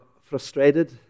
frustrated